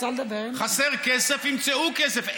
חסר כסף, ימצאו כסף.